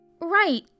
Right